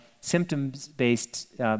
symptoms-based